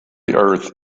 earth